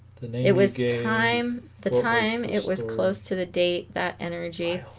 it was time the time it was close to the date that energy